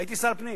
הייתי שר פנים,